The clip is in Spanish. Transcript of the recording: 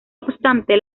obstante